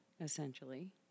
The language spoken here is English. essentially